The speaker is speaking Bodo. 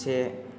से